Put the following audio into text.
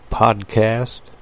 podcast